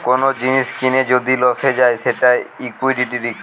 কোন জিনিস কিনে যদি লসে যায় সেটা লিকুইডিটি রিস্ক